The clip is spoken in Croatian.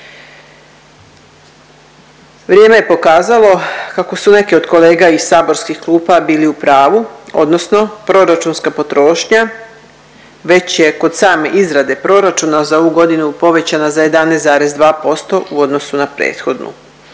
Vrijeme je pokazalo kako su neki od kolega iz saborskih klupa bili u pravu, odnosno proračunska potrošnja već je kod same izrade proračuna za ovu godinu povećana za 11,2% u odnosu na prethodnu.